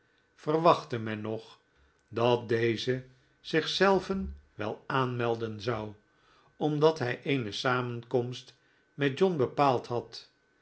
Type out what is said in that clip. verwachtte men nog dat deze zich zelven wel aanmelden zou omdat hij eene samenkomst met john bepaald had